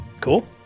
cool